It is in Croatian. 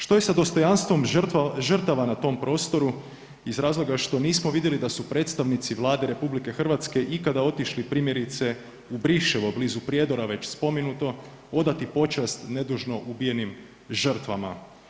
Što je sa dostojanstvom žrtava na tom prostoru iz razloga što nismo vidjeli da su predstavnici Vlade RH ikada otišli primjerice u Briševo blizu Prijedora već spomenuto odati počast nedužno ubijenim žrtvama?